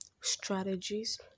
strategies